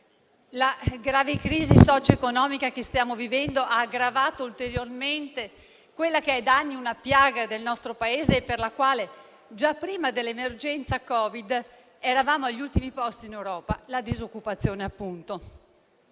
La grave crisi socio-economica che stiamo vivendo ha aggravato ulteriormente quella che è da anni una piaga del nostro Paese e per la quale, già prima dell'emergenza Covid, eravamo agli ultimi posti in Europa: la disoccupazione. Il dato